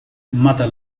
mata